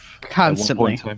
Constantly